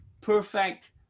perfect